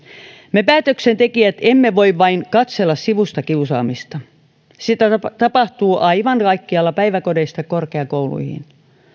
me päätöksentekijät emme voi vain katsella sivusta kiusaamista sitä tapahtuu aivan kaikkialla päiväkodeista korkeakouluihin